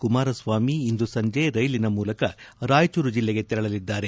ಕುಮಾರಸ್ವಾಮಿ ಇಂದು ಸಂಜೆ ರೈಲಿನ ಮೂಲಕ ರಾಯಚೂರು ಜಿಲ್ಲೆಗೆ ತೆರಳಲಿದ್ದಾರೆ